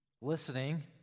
listening